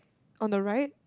on the right